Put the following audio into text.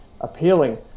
appealing